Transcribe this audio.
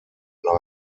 nine